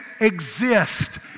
exist